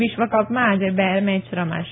વિશ્વકપમાં આજે બે મેય રમાશે